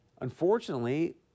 unfortunately